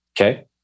Okay